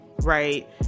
right